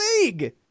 league